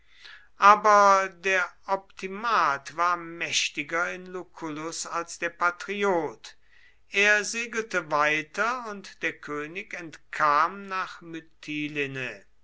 aber der optimat war mächtiger in lucullus als der patriot er segelte weiter und der könig entkam nach